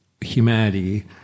humanity